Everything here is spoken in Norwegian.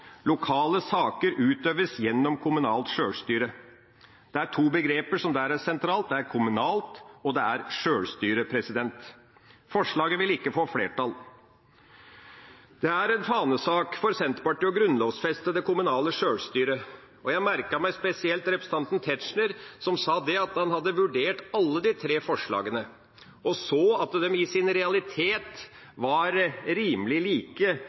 Lokale saker utøves gjennom kommunalt sjølstyre. Der er det to begreper som er sentrale – det er «kommunalt», og det er «sjølstyre». Forslaget vil ikke få flertall. Det er en fanesak for Senterpartiet å grunnlovfeste det kommunale sjølstyret, og jeg merket meg spesielt representanten Tetzschner, som sa at han hadde vurdert alle de tre forslagene og så at de i sin realitet var rimelig like,